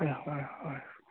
হয় হয় হয়